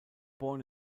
born